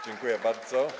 Dziękuję bardzo.